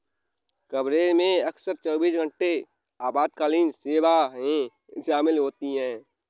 coverage में अक्सर चौबीस घंटे आपातकालीन सेवाएं शामिल होती हैं